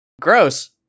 Gross